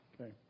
Okay